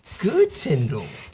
igood, tindall.